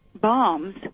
bombs